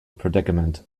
predicament